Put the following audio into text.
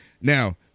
Now